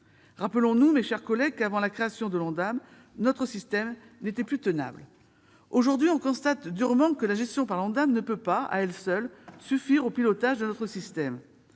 Rappelons-nous, mes chers collègues, qu'avant la création de l'Ondam notre système n'était plus tenable. Aujourd'hui, on constate durement que la gestion par l'Ondam ne peut, à elle seule, suffire au pilotage de notre système.